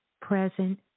present